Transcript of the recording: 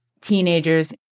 teenagers